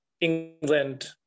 england